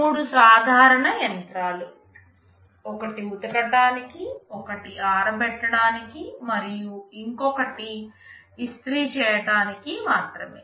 మూడు సాధారణ యంత్రాలు ఒకటి ఉతకటానికి ఒకటి ఆరబెట్టడానికి మరియు ఇంకొకటి ఇస్త్రీ చేయడానికి మాత్రమే